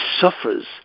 suffers